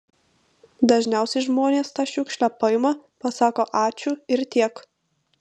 dažniausiai žmonės tą šiukšlę paima pasako ačiū ir tiek